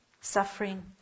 Suffering